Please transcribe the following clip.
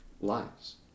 lives